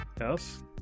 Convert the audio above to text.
Yes